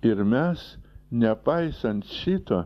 ir mes nepaisant šito